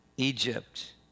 Egypt